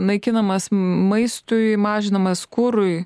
naikinamas maistui mažinamas kurui